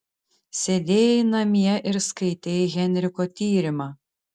sėdėjai namie ir skaitei henriko tyrimą